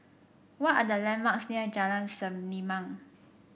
what are the landmarks near Jalan Selimang